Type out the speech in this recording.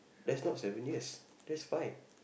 that's not seven year that's five